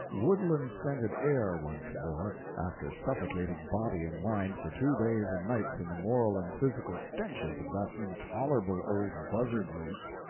woodland-scented air once more, after suffocating body and mind for two days and nights in the moral and physical stenches of that intolerable old buzzard-roost!